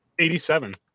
87